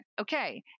okay